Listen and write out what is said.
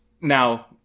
now